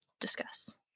Discuss